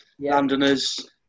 Londoners